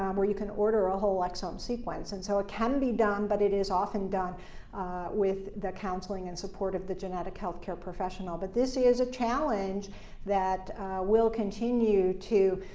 um where you can order a whole exome sequence. and so it can be done, but it is often done with the counseling and support of the genetic healthcare professional, but this is a challenge that will continue to